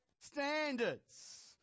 standards